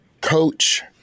coach